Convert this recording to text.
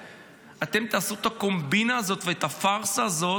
אתם תעשו את הקומבינה הזאת ואת הפארסה הזאת,